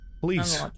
Please